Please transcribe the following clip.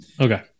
Okay